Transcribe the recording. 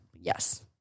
Yes